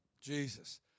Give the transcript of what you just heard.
Jesus